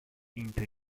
into